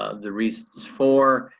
ah the least is four,